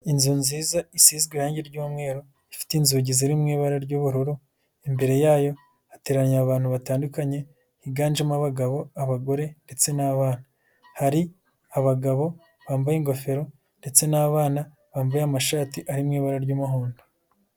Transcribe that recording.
Inzu nziza isizwe irangi ryumweru ifite inzugi ziri mu ibara ry'ubururu, imbere yayo hateraniranya abantu batandukanye higanjemo abagabo, abagore, ndetse n'abana. Hari abagabo bambaye ingofero ndetse n'abana bambaye amashati ari mu ibara ry'umuhondo.